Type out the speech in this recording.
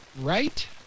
right